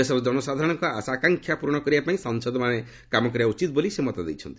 ଦେଶର ଜନସାଧାରଣଙ୍କ ଆଶାଆକାକ୍ଷାଂ ପୂରଣ କରିବା ପାଇଁ ସାଂସଦମାନେ କାମ କରିବା ଉଚିତ୍ ବୋଲି ସେ ମତ ଦେଇଛନ୍ତି